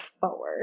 forward